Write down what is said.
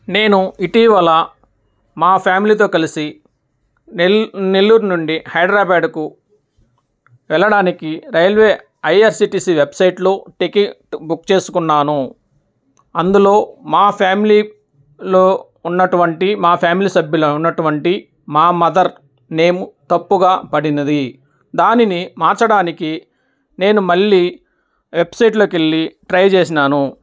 నేను ఇటీవల మా ఫ్యామిలీతో కలిసి నెల్ నెల్లూరు నుండి హైదరబాదుకు వెళ్ళడానికి రైల్వే ఐఆర్సిటిసి వెబ్సైట్లో టికెట్ బుక్ చేసుకున్నాను అందులో మా ఫ్యామిలీలో ఉన్నటువంటి మా ఫ్యామిలీ సభ్యుల ఉన్నటువంటి మా మదర్ నేము తప్పుగా పడింది దానిని మార్చడానికి నేను మళ్ళీ వెబ్సైట్లోకెళ్ళి ట్రై చేశాను